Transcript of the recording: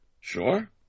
Sure